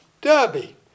Derby